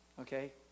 Okay